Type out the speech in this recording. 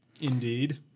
Indeed